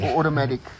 Automatic